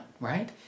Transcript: right